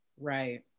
right